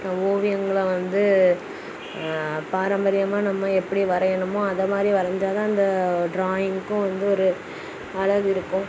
நான் ஓவியங்களை வந்து பாரம்பரியமாக நம்ம எப்படி வரையணுமோ அதை மாதிரி வரைஞ்சா தான் அந்த ட்ராயிங்க்கும் வந்து ஒரு அழகு இருக்கும்